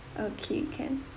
okay can